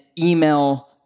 email